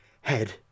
head